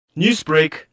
Newsbreak